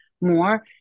more